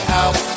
out